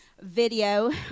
video